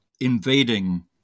invading